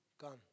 gone